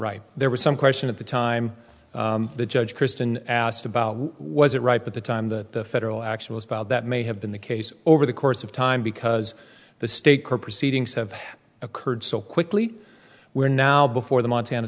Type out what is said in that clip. right there was some question at the time the judge kristen asked about was it right but the time that the federal action was filed that may have been the case over the course of time because the state court proceedings have occurred so quickly we're now before the montana